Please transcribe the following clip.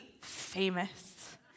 famous